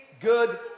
good